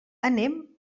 anem